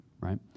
right